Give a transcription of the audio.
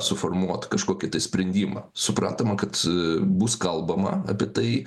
suformuot kažkokį tai sprendimą suprantama kad bus kalbama apie tai